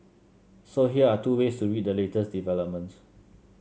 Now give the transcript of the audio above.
so here are two ways to read the latest developments